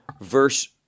verse